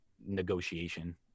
negotiation